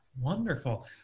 Wonderful